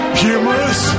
humorous